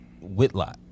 Whitlock